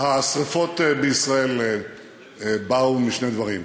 השרפות בישראל באו משני דברים,